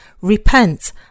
Repent